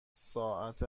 ساعت